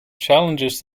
challenges